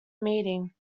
meeting